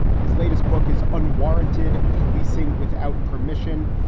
his latest book is unwarranted policing without permission.